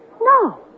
No